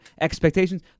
expectations